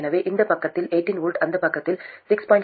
எனவே இந்த பக்கத்தில் 18 V அந்த பக்கத்தில் 6